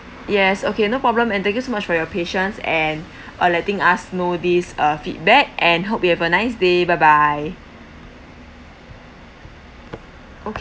yes okay no problem and thank you so much for your patience and uh letting us know these uh feedback and hope you have a nice day bye bye okay